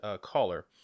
caller